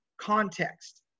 context